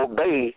Obey